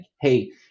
hey